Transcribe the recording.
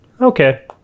Okay